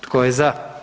Tko je za?